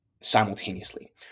simultaneously